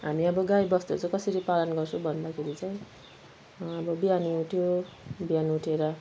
हामी अब गाई बस्तु चाहिँ कसरी पालन गर्छौँ भन्दाखेरि चाहिँ अब बिहान उठ्यो बिहान उठेर